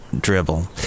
Dribble